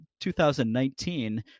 2019